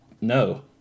No